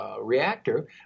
reactor